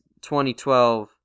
2012